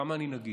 כמה אני נגיש.